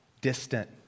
distant